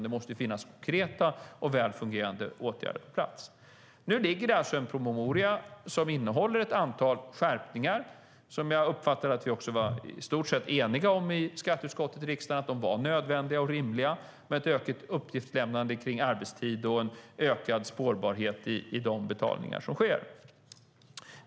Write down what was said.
Det måste vara konkreta och välfungerade åtgärder. Nu ligger det alltså en promemoria som innehåller förslag till ett antal skärpningar. Jag uppfattar att vi i stort sett var eniga i skatteutskottet i riksdagen om att dessa var nödvändiga och rimliga, med ett ökat uppgiftslämnande kring arbetstid och en ökad spårbarhet i betalningarna.